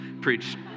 preached